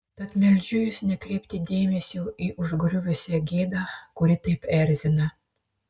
tad meldžiu jus nekreipti dėmesio į užgriuvusią gėdą kuri taip erzina